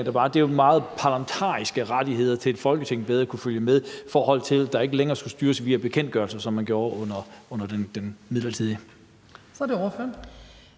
der var, meget var parlamentariske rettigheder, i forhold til at Folketinget bedre skulle kunne følge med, og i forhold til at det ikke længere skulle styres via bekendtgørelsen, som man gjorde under den midlertidige